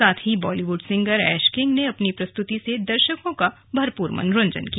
साथ ही Bollywood singer Ash King ने अपनी प्रस्तुति से दर्शकों का भरपूर मनोरंजन किया